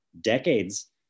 decades